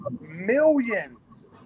millions